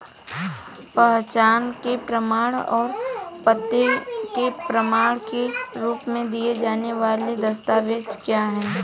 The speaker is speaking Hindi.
पहचान के प्रमाण और पते के प्रमाण के रूप में दिए जाने वाले दस्तावेज क्या हैं?